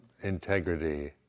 integrity